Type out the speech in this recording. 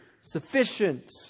sufficient